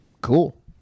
cool